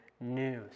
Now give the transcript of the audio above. news